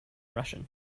russian